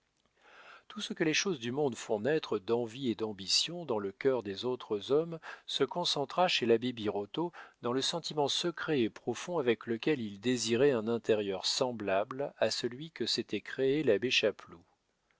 tout ce que les choses du monde font naître d'envie et d'ambition dans le cœur des autres hommes se concentra chez l'abbé birotteau dans le sentiment secret et profond avec lequel il désirait un intérieur semblable à celui que s'était créé l'abbé